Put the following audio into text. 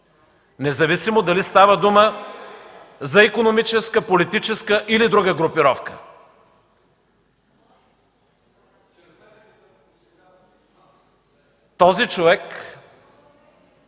независимо дали става дума за икономическа, политическа или друга групировка. (Реплика